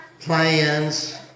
plans